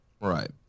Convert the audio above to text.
Right